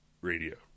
radio